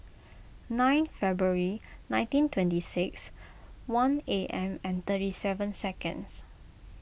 nine February nineteen twenty six one A M and thirty seven seconds